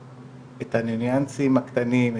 את הניואנסים הקטנים,